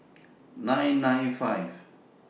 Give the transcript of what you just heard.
nine nine five